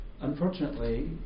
unfortunately